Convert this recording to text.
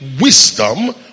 wisdom